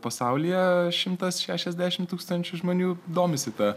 pasaulyje šimtas šešiasdešimt tūkstančių žmonių domisi ta